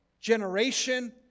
generation